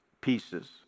pieces